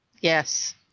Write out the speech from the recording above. Yes